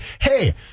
hey